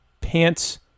Pants